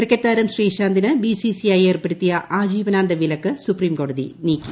ക്രിക്കറ്റ്താരം ശ്രീശാന്തിന് B C C I ഏർപ്പെടുത്തിയ ആജീവനാന്ത വിലക്ക് സുപ്രീംകോടതി നീക്കി